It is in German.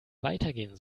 weitergehen